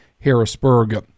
Harrisburg